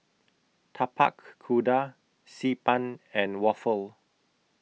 Tapak Kuda Xi Ban and Waffle